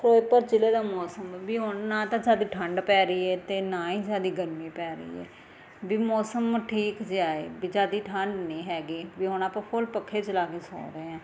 ਫ਼ਿਰੋਜ਼ਪੁਰ ਜ਼ਿਲ੍ਹੇ ਦਾ ਮੌਸਮ ਵੀ ਹੁਣ ਨਾ ਤਾਂ ਜ਼ਿਆਦੇ ਠੰਡ ਪੈ ਰਹੀ ਹੈ ਅਤੇ ਨਾ ਹੀ ਜ਼ਿਆਦਾ ਗਰਮੀ ਪੈ ਰਹੀ ਹੈ ਵੀ ਮੌਸਮ ਠੀਕ ਜਿਹਾ ਹੈ ਵੀ ਜ਼ਿਆਦੀ ਠੰਡ ਨਹੀਂ ਹੈਗੀ ਹੁਣ ਆਪਾਂ ਫੁੱਲ ਪੱਖੇ ਚਲਾ ਕੇ ਸੌਂ ਰਹੇ ਹਾਂ